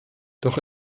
doch